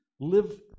live